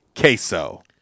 queso